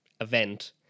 event